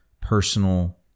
personal